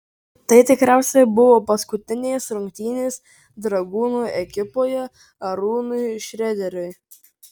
tai tikriausiai buvo paskutinės rungtynės dragūno ekipoje arūnui šrederiui